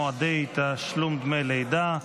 מועדי תשלום דמי לידה),